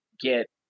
get